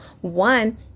one